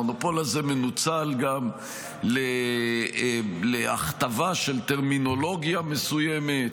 המונופול הזה מנוצל גם להכתבה של טרמינולוגיה מסוימת,